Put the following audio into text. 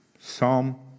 Psalm